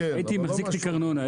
הייתי מחזיק תיק ארנונה.